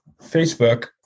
Facebook